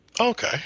Okay